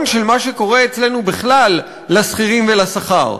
של מה שקורה אצלנו בכלל לשכירים ולשכר.